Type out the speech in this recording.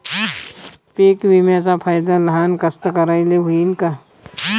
पीक विम्याचा फायदा लहान कास्तकाराइले होईन का?